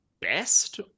best